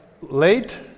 late